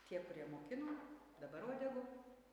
tie kurie mokino dabar uodegoj